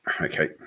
Okay